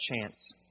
chance